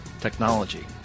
technology